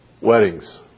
weddings